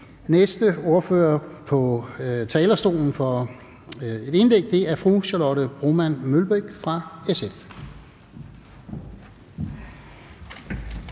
næste ordfører på talerstolen med et indlæg er fru Charlotte Broman Mølbæk fra SF.